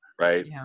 right